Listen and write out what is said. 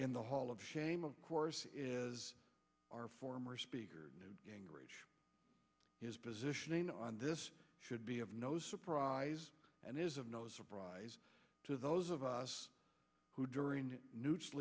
in the hall of shame of course is our former speaker newt gingrich his position on this should be of no surprise and is of no surprise to those of us who during newt